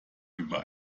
über